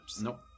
Nope